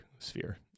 sphere